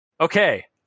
Okay